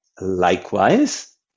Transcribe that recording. Likewise